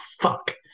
fuck